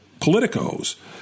Politicos